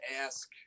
ask